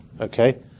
Okay